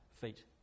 feet